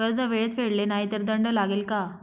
कर्ज वेळेत फेडले नाही तर दंड लागेल का?